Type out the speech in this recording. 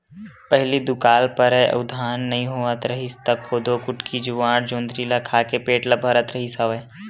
पहिली दुकाल परय अउ धान नइ होवत रिहिस त कोदो, कुटकी, जुवाड़, जोंधरी ल खा के पेट ल भरत रिहिस हवय